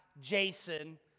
Jason